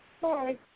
Hi